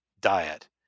diet